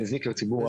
זה מזיק לציבור.